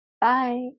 Bye